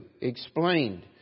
Explained